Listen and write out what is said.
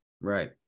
Right